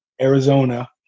Arizona